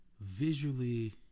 visually